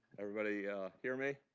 everybody hear me?